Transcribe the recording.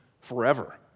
forever